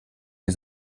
die